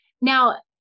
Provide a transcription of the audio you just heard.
Now